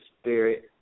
spirit